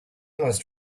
almost